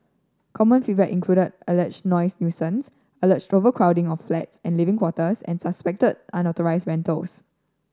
common feedback included alleged noise nuisance alleged overcrowding of flats and living quarters and suspected unauthorised rentals